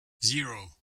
zero